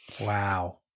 Wow